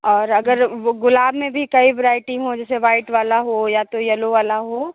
और अगर वो गुलाब में भी कई वराइटी हों जैसे वाइट वाला हो या तो येलो वाला हो